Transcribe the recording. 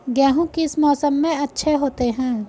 गेहूँ किस मौसम में अच्छे होते हैं?